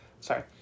Sorry